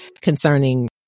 concerning